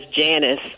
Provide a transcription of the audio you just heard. Janice